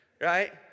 right